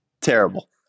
Terrible